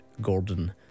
Gordon